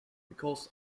because